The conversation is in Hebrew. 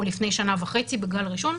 או לפני שנה וחצי בגל ראשון,